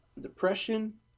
depression